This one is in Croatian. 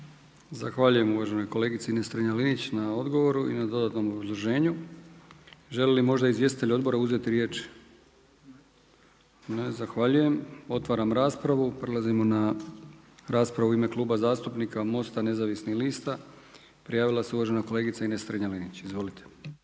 Zahvaljujem uvaženoj kolegici Ines Strenja-Linić na odgovoru i na dodatnom obrazloženju. Želi li možda izvjestitelj odbora uzeti riječ? Ne, zahvaljujem. Otvaram raspravu. Prelazimo na raspravu u ime Kluba zastupnika MOST-a, prijavila se uvažena kolegica Ines Strenja-Linić. Izvolite.